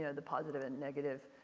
yeah the positive and negative.